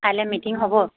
কাইলৈ মিটিং হ'ব